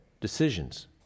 decisions